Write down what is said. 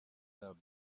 the